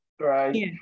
right